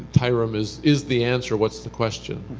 tirem is is the answer. what's the question?